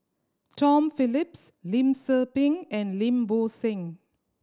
Tom Phillips Lim Tze Peng and Lim Bo Seng